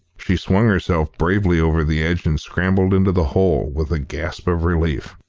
she swung herself bravely over the edge and scrambled into the hole with a gasp of relief.